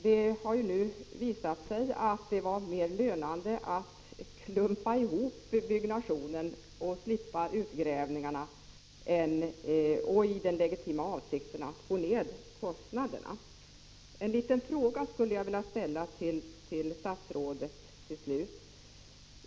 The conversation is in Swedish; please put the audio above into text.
Det har nu visat sig att det var mer lönande att klumpa ihop byggnationen och slippa utgrävningarna, i den i och för sig legitima avsikten att få ner kostnaderna. En liten fråga vill jag till slut ställa till statsrådet.